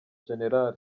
gen